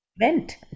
went